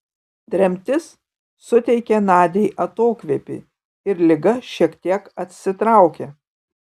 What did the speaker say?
tremtis suteikė nadiai atokvėpį ir liga šiek tiek atsitraukė